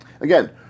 again